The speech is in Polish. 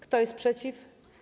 Kto jest przeciw?